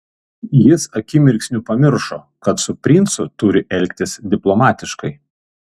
jis akimirksniu pamiršo kad su princu turi elgtis diplomatiškai